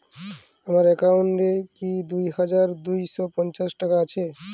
আমার অ্যাকাউন্ট এ কি দুই হাজার দুই শ পঞ্চাশ টাকা আছে?